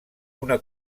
una